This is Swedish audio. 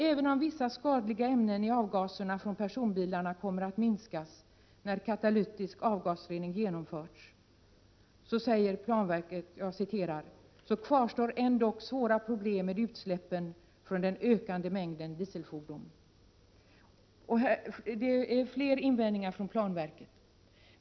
Även om vissa skadliga ämnen i avgaserna från personbilarna kommer att minska när katalytisk avgasrening genomförts, kvarstår ändock svåra problem med utsläppen från den ökande mängden dieselfordon, säger planverket. Det finns fler invändningar från planverket.